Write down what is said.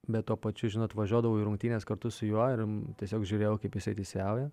bet tuo pačiu žinot važiuodavau į rungtynes kartu su juo ir tiesiog žiūrėjau kaip jisai teisėjauja